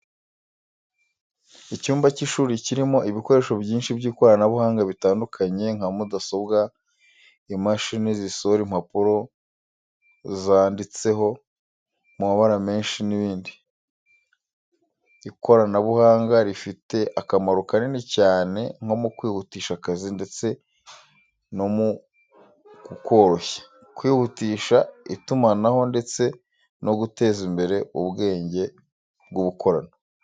Icyumba cy'ishuri kirimo ibikoresho byinshi by'ikoranabuhanga bitandukanye nka mudasobwa, imashini zisohora impapuro zanditseho mu mabara menshi n'ibindi. Ikoranabuhanga rifite akamaro kanini cyane nko kwihutisha akazi ndetse no kukoroshya, kwihutisha itumanaho ndetse no guteza imbere ubwenge bw'ubukorano.